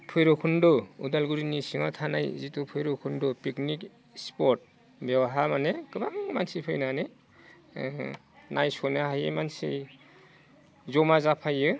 भैराबकुन्द उदालगुरिनि सिङाव थानाय जितु बे भैराबकुन्द पिकनिक स्पट बेयावहा माने गोबां मानसि फैनानै नायस'नो हायि मानसि जमा जाफायो